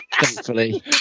thankfully